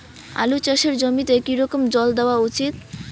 আলু চাষের জমিতে কি রকম জল দেওয়া উচিৎ?